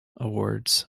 awards